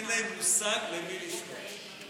אין להם מושג למי לפנות,